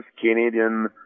Canadian